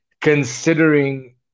considering